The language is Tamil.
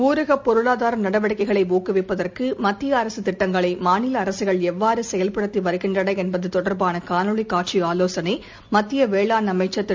ஊரக பொருளாதார நடவடிக்கைகளை ஊக்குவிப்பதற்கு மத்திய அரசுத் திட்டங்களை மாநில அரசுகள் எவ்வாறு செயல்படுத்தி வருகின்றன என்பது தொடர்பான காணொளி காட்சி ஆலோசளை மத்திய வேளாண் அமைச்சர் திரு